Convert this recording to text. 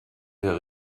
der